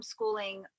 homeschooling